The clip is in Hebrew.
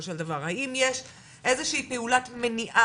של דבר - האם יש איזושהי פעולת מניעה,